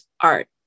art